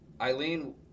Eileen